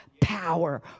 power